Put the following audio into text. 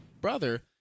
brother